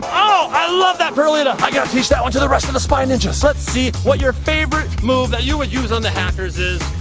oh, i love that perlita. i gotta teach that one to the rest of the spy ninjas. let's see what your favorite move that you would use on the hackers is.